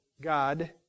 God